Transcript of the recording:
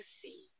see